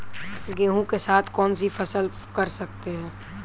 गेहूँ के साथ कौनसी फसल कर सकते हैं?